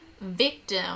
victim